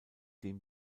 dem